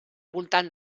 voltant